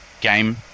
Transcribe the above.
game